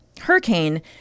hurricane